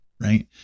right